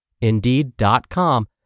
Indeed.com